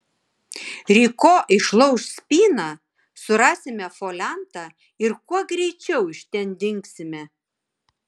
ryko išlauš spyną surasime foliantą ir kuo greičiau iš ten dingsime